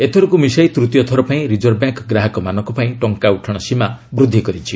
ଏଥରକକୁ ମିଶାଇ ତୂତୀୟଥର ପାଇଁ ରିଜର୍ଭ ବ୍ୟାଙ୍କ ଗ୍ରାହକମାନଙ୍କ ପାଇଁ ଟଙ୍କା ଉଠାଣ ସୀମା ବୃଦ୍ଧି କରିଛି